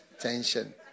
tension